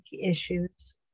issues